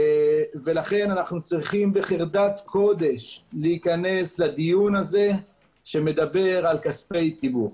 לכן אנו צריכים בחרדת קודש להיכנס לדיון הזה שמדבר על כספי ציבור.